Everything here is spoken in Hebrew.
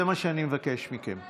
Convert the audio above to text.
זה מה שאני מבקש מכם.